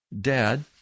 dad